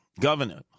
governor